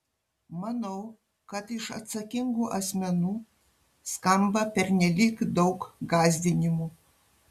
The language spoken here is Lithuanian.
manau kad iš atsakingų asmenų skamba pernelyg daug gąsdinimų